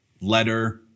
letter